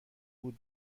بود